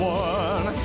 one